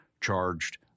charged